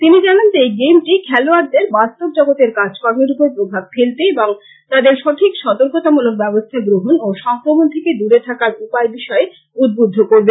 তিনি জানান যে এই গেমটি খেলোয়াড়দের বাস্তব জগতের কাজকর্মের উপর প্রভাব ফেলতে এবং তাদের সঠিক সতর্কতামূলক ব্যবস্থা গরহণ ও সংক্রমণ থেকে দূরে থাকার উপায় বিষয়ে উদ্বুদ্ধ করবে